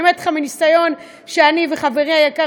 אני אומרת לך מניסיון שאני וחברי היקר